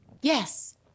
Yes